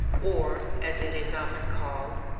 or, as it is often called,